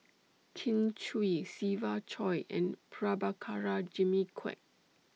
Kin Chui Siva Choy and Prabhakara Jimmy Quek